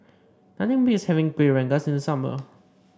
nothing beats having Kuih Rengas in the summer